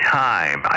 time